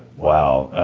wow!